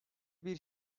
bir